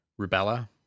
rubella